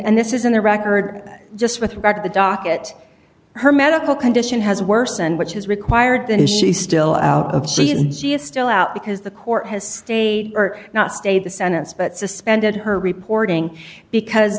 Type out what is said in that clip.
and this isn't a record just with regard to the docket her medical condition has worsened which has required that is she still out of she is still out because the court has stayed or not stayed the sentence but suspended her reporting because